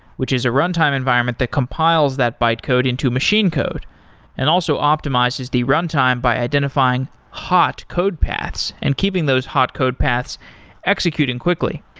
which is a runtime environment that compiles that bytecode into machine code and also optimizes the runtime by identifying hot code paths and keeping those hot code paths executing quickly.